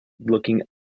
looking